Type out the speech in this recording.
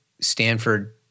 Stanford